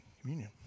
communion